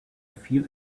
feel